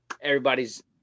everybody's